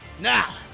Now